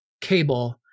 cable